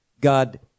God